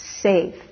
safe